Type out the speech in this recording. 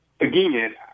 Again